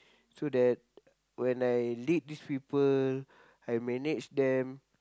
so that when I lead these people I manage them